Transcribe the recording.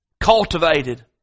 cultivated